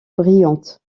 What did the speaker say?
brillante